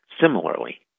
similarly